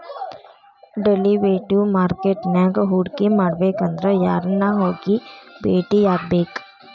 Derivative market ನ್ಯಾಗ್ ಹೂಡ್ಕಿಮಾಡ್ಬೆಕಂದ್ರ ಯಾರನ್ನ ಹೊಗಿ ಬೆಟ್ಟಿಯಾಗ್ಬೇಕ್?